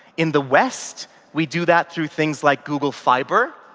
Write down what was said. in the west we do that through things like google fibre,